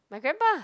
my grandpa